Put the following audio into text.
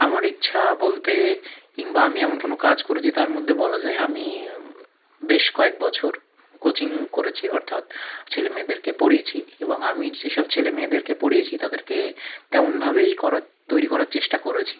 আমার ইচ্ছা বলতে কিংবা আমি এমন কোনো কাজ করেছি তার মধ্যে বলা যায় আমি বেশ কয়েক বছর কোচিং করেছি অর্থাৎ ছেলে মেয়েদেরকে পড়িয়েছি এবং আমি সেই সব ছেলে মেয়েদেরকে পড়িয়েছি তাদেরকে তেমন ভাবেই করার তৈরি করার চেষ্টা করেছি